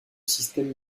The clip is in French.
système